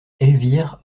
elvire